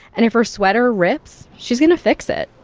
and if her sweater rips, she's going to fix it.